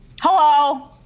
Hello